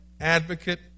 advocate